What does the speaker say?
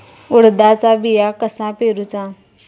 उडदाचा बिया कसा पेरूचा?